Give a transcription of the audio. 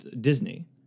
Disney